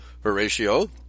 Horatio